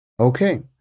Okay